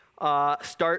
Start